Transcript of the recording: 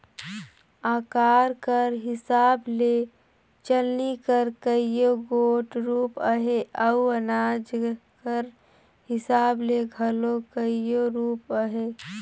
अकार कर हिसाब ले चलनी कर कइयो गोट रूप अहे अउ अनाज कर हिसाब ले घलो कइयो रूप अहे